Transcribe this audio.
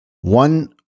one